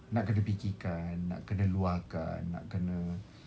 nak kena fikirkan nak kena luahkan nak kena